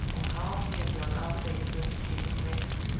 or how he and young armadale first became acquainted.